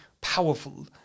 powerful